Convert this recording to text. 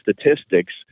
statistics